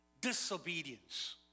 disobedience